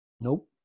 Nope